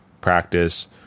practice